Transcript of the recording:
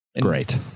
Great